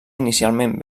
inicialment